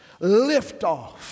liftoff